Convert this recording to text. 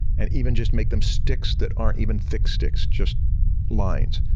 and even just make them sticks that aren't even thick sticks, just lines.